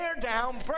down